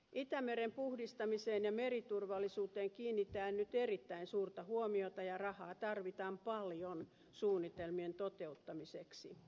itämeren puhdistamiseen ja meriturvallisuuteen kiinnitetään nyt erittäin suurta huomiota ja rahaa tarvitaan paljon suunnitelmien toteuttamiseksi